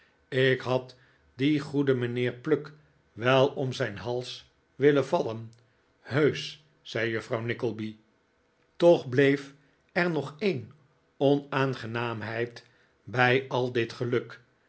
ik had dien goeden mijnheer pluck wel om zijn hals willen vallen heusch zei juffrouw nickleby toch bleef er nog een onaangenaamheid bij al dit geluk